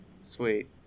Sweet